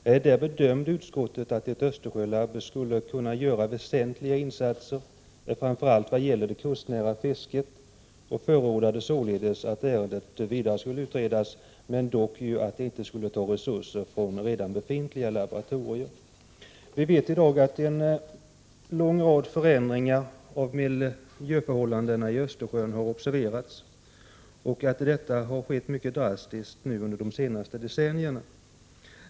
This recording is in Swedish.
Utskottet bedömde att ett Östersjölaboratorium skulle kunna göra väsentliga insatser, framför allt i vad gäller det kustnära fisket. Utskottet förordade således att ärendet skulle utredas vidare, men att det inte skulle ta resurser från redan befintliga laboratorier. Vi vet i dag att en lång rad förändringar av miljöförhållandena i Östersjön har observerats. Dessa förändringar har skett mycket drastiskt under de senaste decennierna.